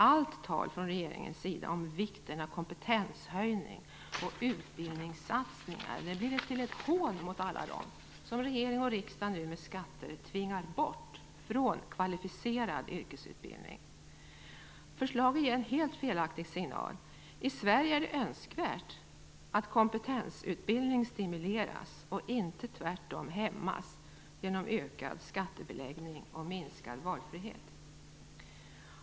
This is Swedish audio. Allt tal från regeringens sida om vikten av kompetenshöjning och utbildningssatsningar blir till ett hån mot alla dem som regering och riksdag nu med skatter tvingar bort från kvalificerad yrkesutbildning. Förslaget ger en helt felaktig signal. I Sverige är det önskvärt att komptetensutbildning stimuleras och inte tvärtom hämmas genom ökad skattebeläggning och minskad valfrihet.